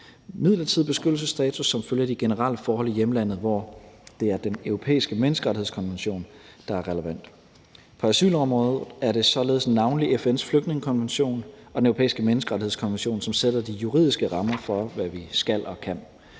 midlertidig beskyttelsesstatus som følge af de generelle forhold i hjemlandet, hvor det er Den Europæiske Menneskerettighedskonvention, der er relevant. På asylområdet er det således navnlig FN's flygtningekonvention og Den Europæiske Menneskerettighedskonvention, som sætter de juridiske rammer for, hvad vi skal og kan.